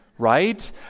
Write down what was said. right